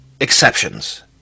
exceptions